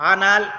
Anal